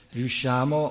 riusciamo